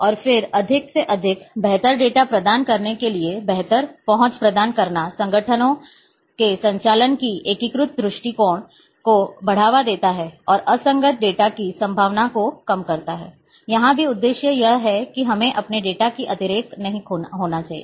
और फिर अधिक से अधिक बेहतर डेटा प्रदान करने के लिए बेहतर पहुंच प्रदान करना संगठनों के संचालन के एकीकृत दृष्टिकोण को बढ़ावा देता है और असंगत डेटा की संभावना को कम करता है यहां भी उद्देश्य यह है कि हमें अपने डेटा में अतिरेक नहीं होना चाहिए